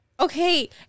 Okay